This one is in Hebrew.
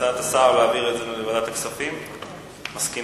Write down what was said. הצעת השר להעביר את זה לוועדת הכספים, מסכימה?